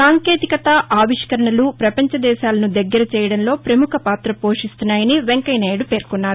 సాంకేతికత ఆవిష్కరణలు ప్రపంచ దేశాలను దగ్గర చెయ్యడంలో పముఖ పాత పోషిస్తున్నాయని వెంకయ్యనాయుడు పేర్కొన్నారు